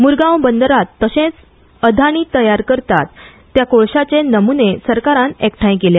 म्रगाव बंदरात तशेच अदानी तयार करतात त्या कोळशाचे नम्ने सरकारान एकठांय केल्या